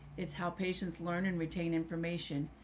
it's how patients learn and retain information.